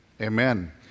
Amen